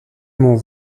mon